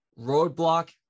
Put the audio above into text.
roadblock